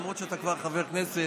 למרות שאתה כבר חבר כנסת,